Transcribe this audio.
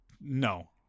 no